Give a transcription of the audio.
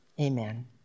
amen